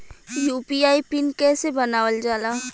UPI pin कइसे बनावल जाला?